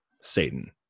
Satan